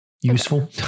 useful